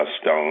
stone